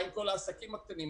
מה עם העסקים הקטנים?